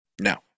No